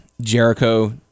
Jericho